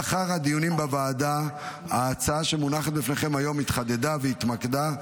לאחר הדיונים בוועדה ההצעה שמונחת בפניכם היום התחדדה והתמקדה,